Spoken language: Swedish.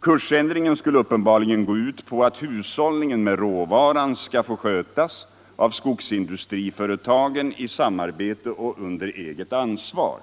Kursändringen skulle uppenbarligen gå ut på atlt hushållningen med råvaran skall få skötas av skogsindustriföretagen i samarbete och under eget ansvar.